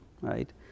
right